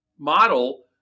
Model